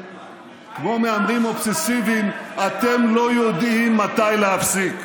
כמו מהמרים אובססיביים אתם לא יודעים מתי להפסיק.